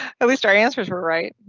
at least our answers were right.